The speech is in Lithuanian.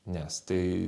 nes tai